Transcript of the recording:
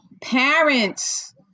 parents